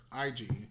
IG